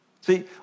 See